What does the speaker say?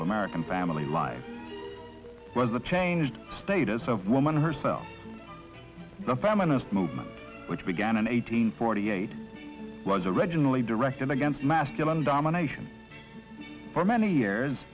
of american family life was the changed status of woman herself the feminist movement which began in eighteen forty eight was originally directed against masculine domination for many years